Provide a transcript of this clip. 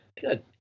good